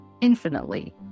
infinitely